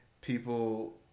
people